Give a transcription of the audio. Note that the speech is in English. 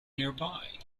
nearby